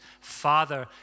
father